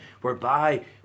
whereby